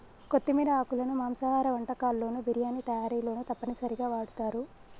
కొత్తిమీర ఆకులను మాంసాహార వంటకాల్లోను బిర్యానీ తయారీలోనూ తప్పనిసరిగా వాడుతారు